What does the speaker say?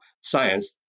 science